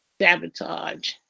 sabotage